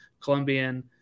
Colombian